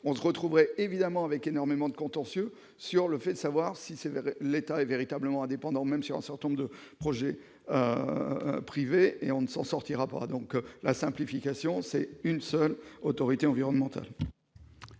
on se retrouverait évidemment avec énormément de contentieux sur le fait de savoir si sévère, l'État est véritablement indépendant, même si en sortant de projets privés et on ne s'en sortira pas donc la simplification, c'est une seule autorité environnementale.